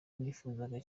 nifuzaga